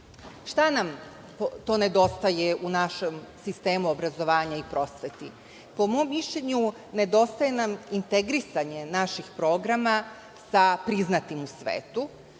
nam to nedostaje u našem sistemu obrazovanja i prosveti? Po mom mišljenju, nedostaje nam integrisanje naših programa sa priznatim u svetu.